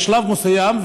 בשלב מסוים,